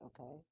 Okay